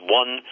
one